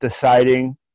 deciding